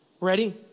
Ready